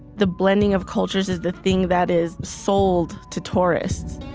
the blending of cultures is the thing that is sold to tourists